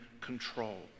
control